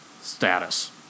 status